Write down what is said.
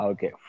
Okay